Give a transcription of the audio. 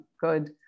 good